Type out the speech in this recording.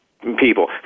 people